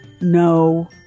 no